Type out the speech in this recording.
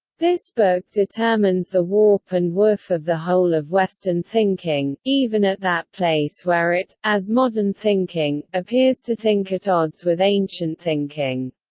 this book determines the warp and woof of the whole of western thinking, even at that place where it, as modern thinking, appears to think at odds with ancient thinking.